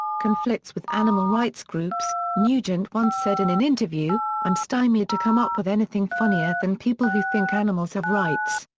conflicts with animal rights groups nugent once said in an interview, i'm stymied to come up with anything funnier than people who think animals have rights.